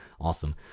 Awesome